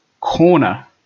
corner